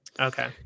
Okay